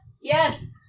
Yes